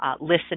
Listen